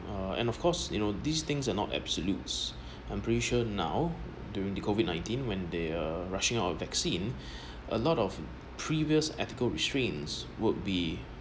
uh and of course you know these things are not absolutes I'm pretty sure now during the COVID nineteen when they uh rushing out a vaccine a lot of previous ethical restraints would be